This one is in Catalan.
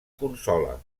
consola